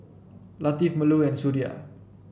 Latif Melur and Suria